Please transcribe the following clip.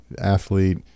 athlete